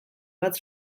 bat